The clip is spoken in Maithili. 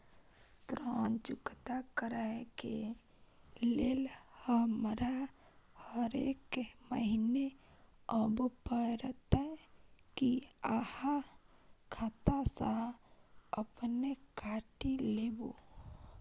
ऋण चुकता करै के लेल हमरा हरेक महीने आबै परतै कि आहाँ खाता स अपने काटि लेबै?